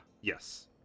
Yes